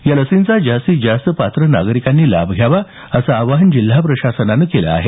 या लसींचा जास्तीत जास्त पात्र नागरिकांनी लाभ घ्यावा असं आवाहन जिल्हा प्रशासनानं केलं आहे